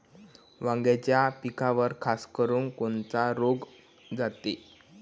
वांग्याच्या पिकावर खासकरुन कोनचा रोग जाते?